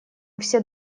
все